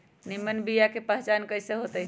निमन बीया के पहचान कईसे होतई?